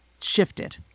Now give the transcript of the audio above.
shifted